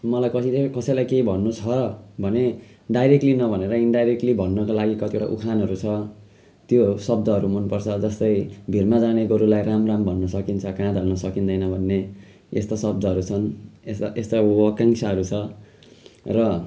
मलाई कतिखेर कसैलाई केही भन्नु छ भने डाइरेक्टली नभनेर इन्डाइरेक्टली भन्नुको लागि कतिवटा उखानहरू छ त्योहरू शब्दहरू मनपर्छ जस्तै भिरमा जाने गोरुलाई राम राम भन्नसकिन्छ काँध हाल्न सकिँदैन भन्ने यस्ता शब्दहरू छन् यस्ता यस्ता वाक्यांशहरू छ र